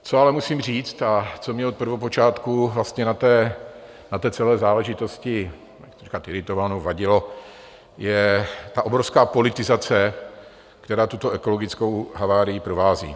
Co ale musím říct a co mě od prvopočátku vlastně na té celé záležitosti tak iritovalo, vadilo, je ta obrovská politizace, která tuto ekologickou havárii provází.